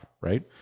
Right